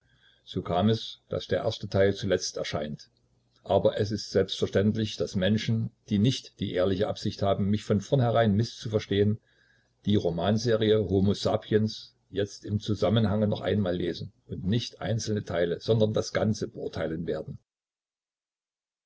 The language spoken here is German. so kam es daß der erste teil zuletzt erscheint aber es ist selbstverständlich daß menschen die nicht die ehrliche absicht haben mich von vornherein mißzuverstehen die romanserie homo sapiens jetzt im zusammenhange noch einmal lesen und nicht einzelne teile sondern das ganze beurteilen werden